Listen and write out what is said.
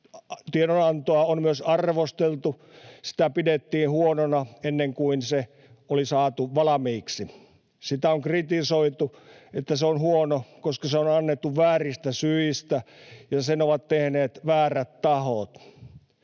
tiedonantoa on myös arvosteltu. Sitä pidettiin huonona ennen kuin se oli saatu valmiiksi. Sitä on kritisoitu sillä, että se on huono, koska se on annettu vääristä syistä ja sen ovat tehneet väärät tahot.